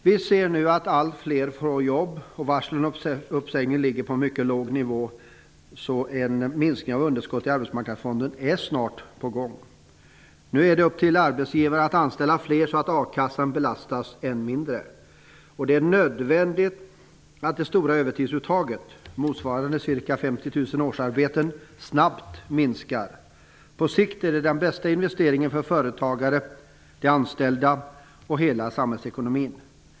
Vi ser nu att allt fler får jobb och att varslen om uppsägning ligger på en mycket låg nivå. En minskning av underskotten i Arbetsmarknadsfonden är därför snart på gång. Nu är det upp till arbetsgivarna att anställa fler, så att a-kassan belastas än mindre. Det är nödvändigt att det stora övertidsuttaget motsvarande ca 50 000 årsarbeten snabbt minskar. På sikt är det den bästa investeringen för företagare, de anställda och hela samhällsekonomin.